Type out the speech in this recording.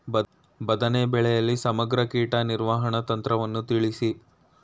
ಬದನೆ ಬೆಳೆಯಲ್ಲಿ ಸಮಗ್ರ ಕೀಟ ನಿರ್ವಹಣಾ ತಂತ್ರವನ್ನು ತಿಳಿಸಿ?